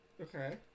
Okay